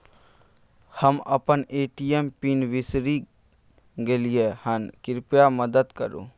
हम अपन ATM PIN बिसरि गलियै हन, कृपया मदद करु